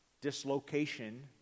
dislocation